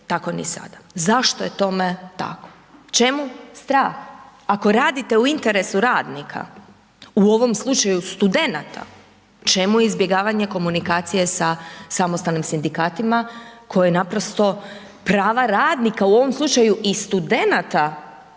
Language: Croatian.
tako ni sada. Zašto je tome tako? Čemu strah? Ako radite u interesu radnika u ovom slučaju studenata, čemu izbjegavanje komunikacije sa samostalnim sindikatima koje naprosto prava radnika, u ovom slučaju i studenata